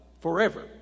forever